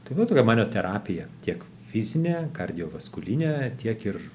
tai va tokia ano terapija tiek fizinė kardiovaskulinė tiek ir